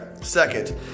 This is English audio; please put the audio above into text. Second